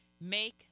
Make